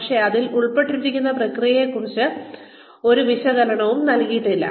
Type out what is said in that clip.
പക്ഷേ അതിൽ ഉൾപ്പെട്ടിരിക്കുന്ന പ്രക്രിയകളെക്കുറിച്ച് ഒരു വിശദീകരണവും നൽകിയില്ല